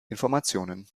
informationen